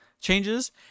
changes